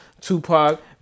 Tupac